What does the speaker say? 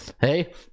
hey